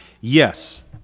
yes